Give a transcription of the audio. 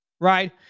right